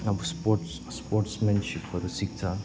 अब स्पोर्टस स्पोर्टसमेनसिपहरू सिक्छ